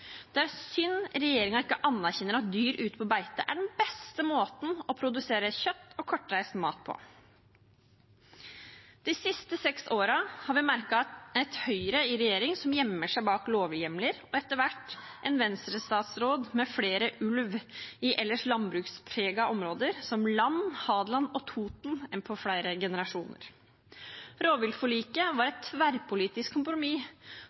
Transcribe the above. Det er synd regjeringen ikke anerkjenner at dyr på beite er den beste måten å produsere kjøtt og kortreist mat på. De siste seks årene har vi merket et Høyre i regjering som gjemmer seg bak lovhjemler, og etter hvert en Venstre-statsråd med flere ulv i ellers landbrukspregede områder, som Land, Hadeland og Toten, enn på flere generasjoner. Rovviltforliket var et tverrpolitisk kompromiss